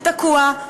הוא תקוע,